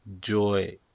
joy